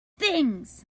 things